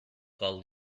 call